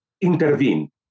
intervene